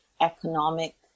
economic